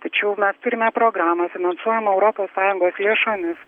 tačiau mes turime programą finansuojamą europos sąjungos lėšomis